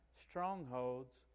strongholds